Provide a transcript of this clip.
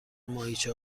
ماهیچه